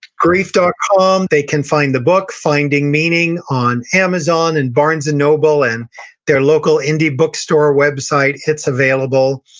grief dot com. they can find the book, finding meaning, on amazon and barnes and noble, and their local indie book store website, it's available.